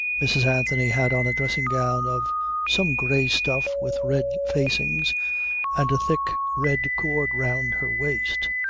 mrs. anthony had on a dressing-gown of some grey stuff with red facings and a thick red cord round her waist.